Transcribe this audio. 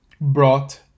brought